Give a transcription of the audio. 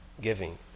giving